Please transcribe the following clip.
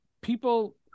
people